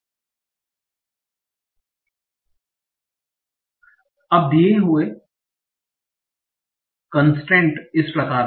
अब दिये गए कंसट्रेंट इस प्रकार है